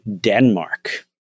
Denmark